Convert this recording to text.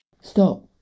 Stop